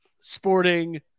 sporting